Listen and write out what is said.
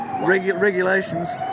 regulations